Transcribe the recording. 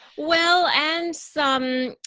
well and some